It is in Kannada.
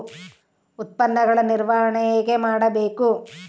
ಉತ್ಪನ್ನಗಳ ನಿರ್ವಹಣೆ ಹೇಗೆ ಮಾಡಬೇಕು?